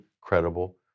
credible